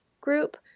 group